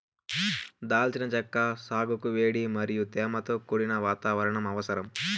దాల్చిన చెక్క సాగుకు వేడి మరియు తేమతో కూడిన వాతావరణం అవసరం